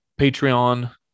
Patreon